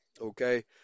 Okay